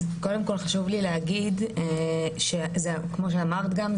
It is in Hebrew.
אז קודם כל חשוב לי להגיד שכמו שאמרת גם,